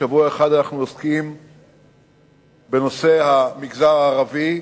שבוע אחד עוסקים בנושא המגזר הערבי.